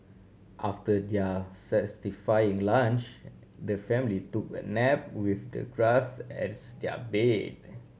after their satisfying lunch the family took a nap with the grass as their bed